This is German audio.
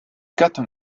gattung